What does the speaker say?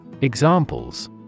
Examples